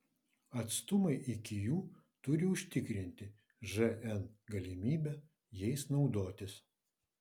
atstumai iki jų turi užtikrinti žn galimybę jais naudotis